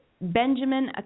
Benjamin